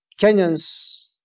Kenyans